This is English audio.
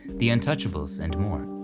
the untouchables, and more.